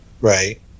Right